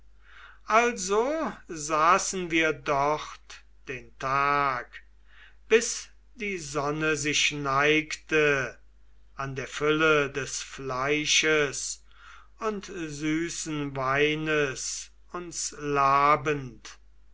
gehorsam und wir saßen den ganzen tag bis die sonne sich neigte an der fülle des fleisches und süßen weines uns labend